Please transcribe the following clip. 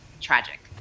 tragic